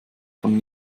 von